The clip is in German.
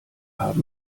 haben